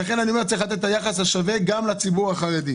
ולכן אני אומר שצריך לתת את היחס השווה גם לציבור החרדי.